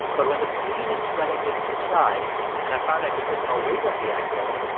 but when the pain and swelling didn't subside and i found i could put no weight on the ankle,